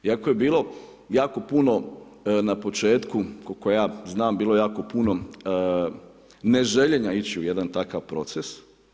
Iako je bilo jako puno na početku, koliko ja znam, bilo je jako puno neželjenija ići u jedan takav proces.